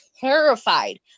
terrified